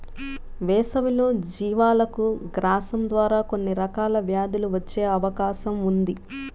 వేసవిలో జీవాలకు గ్రాసం ద్వారా కొన్ని రకాల వ్యాధులు వచ్చే అవకాశం ఉంది